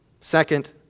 Second